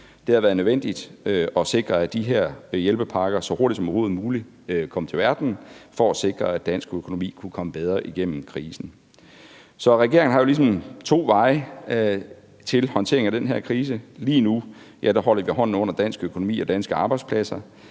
Det har været nødvendigt at sikre, at de her hjælpepakker så hurtigt som overhovedet muligt kom til verden for at sikre, at dansk økonomi kunne komme bedre igennem krisen. Så regeringen har jo ligesom to veje til håndtering af den her krise. Lige nu holder vi hånden under dansk økonomi og danske arbejdspladser,